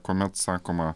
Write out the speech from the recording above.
kuomet sakoma